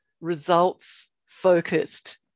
results-focused